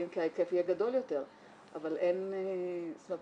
כי ההיקף יהיה גדול יותר אבל אין --- זאת אומרת,